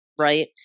Right